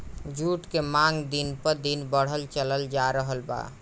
जुट के मांग दिन प दिन बढ़ल चलल जा रहल बा